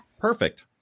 Perfect